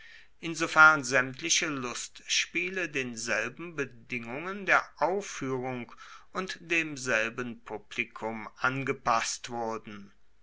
insofern saemtliche lustspiele denselben bedingungen der auffuehrung und demselben publikum angepasst wurden